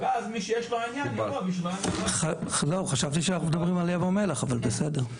ואז --- חשבתי שאנחנו מדברים על ים המלח אבל בסדר.